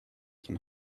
can